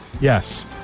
Yes